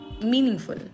meaningful